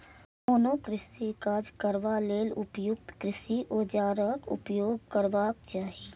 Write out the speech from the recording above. कोनो कृषि काज करबा लेल उपयुक्त कृषि औजारक उपयोग करबाक चाही